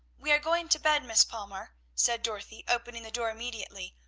we are going to bed, miss palmer, said dorothy, opening the door immediately.